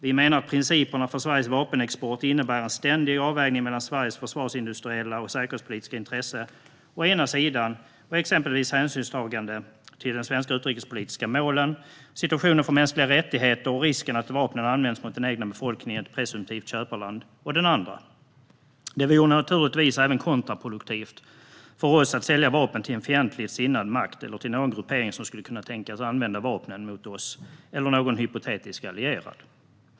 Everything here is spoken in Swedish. Vi menar att principerna för Sveriges vapenexport innebär en ständig avvägning mellan Sveriges försvarsindustriella och säkerhetspolitiska intressen å ena sidan och exempelvis hänsynstaganden till svenska utrikespolitiska mål, situationen för mänskliga rättigheter och risken att vapnen används mot den egna befolkningen i ett presumtivt köparland å den andra. Det vore naturligtvis även kontraproduktivt för Sverige att sälja vapen till en fientligt sinnad makt eller till någon gruppering som skulle kunna tänkas vända vapnen mot oss eller någon hypotetisk allierad.